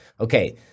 Okay